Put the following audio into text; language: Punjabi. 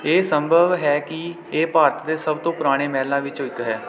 ਇਹ ਸੰਭਵ ਹੈ ਕਿ ਇਹ ਭਾਰਤ ਦੇ ਸਭ ਤੋਂ ਪੁਰਾਣੇ ਮਹਿਲਾਂ ਵਿੱਚੋਂ ਇੱਕ ਹੈ